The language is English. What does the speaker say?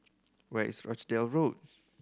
where is Rochdale Road